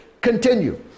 continue